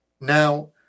Now